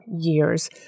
years